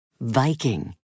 Viking